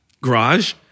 garage